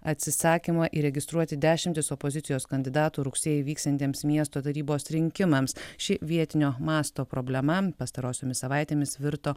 atsisakymą įregistruoti dešimtis opozicijos kandidatų rugsėjį vyksiantiems miesto tarybos rinkimams ši vietinio masto problema pastarosiomis savaitėmis virto